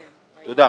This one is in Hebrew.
תודה.